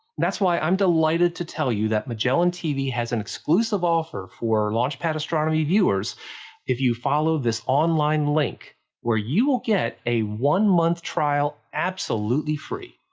that's why i'm delighted to tell you that magellantv has an exclusive offer for launch pad astronomy viewers if you follow this online link where you will get a one-month trial absolutely free.